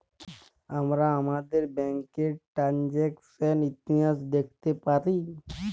আমরা আমাদের ব্যাংকের টেরানযাকসন ইতিহাস দ্যাখতে পারি